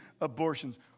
abortions